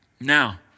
Now